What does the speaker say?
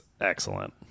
excellent